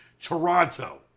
Toronto